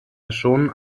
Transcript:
schon